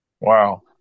Wow